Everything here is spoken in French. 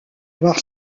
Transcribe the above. voir